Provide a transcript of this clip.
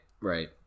right